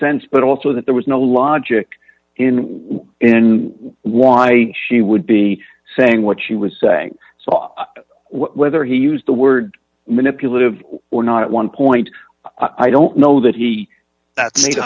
sense but also that there was no logic in in why she would be saying what she was saying so i whether he used the word manipulative or not at one point i don't know that he made a